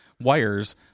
wires